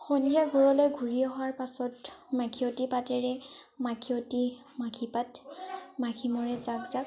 সন্ধিয়া ঘৰলৈ ঘূৰি অহাৰ পাছত মাখিয়তি পাতেৰে মাখিয়তি মাখি পাত মাখি মৰে জাক জাক